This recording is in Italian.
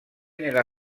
nella